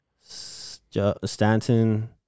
Stanton